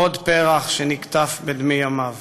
עוד פרח שנקטף בדמי ימיו.